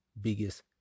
biggest